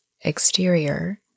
exterior